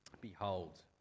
Behold